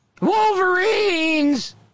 Wolverines